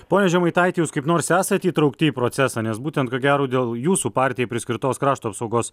pone žemaitaiti jūs kaip nors esat įtraukti į procesą nes būtent ko gero dėl jūsų partijai priskirtos krašto apsaugos